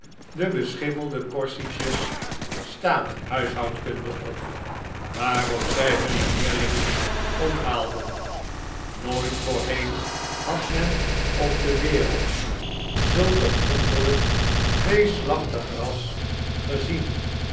de beschimmelde portietjesstaathuishoudkunde op waarop zij hunne leerlingen onthaalden nooit voorheen had men op de wereld zulk een wonderlijk tweeslachtig ras gezien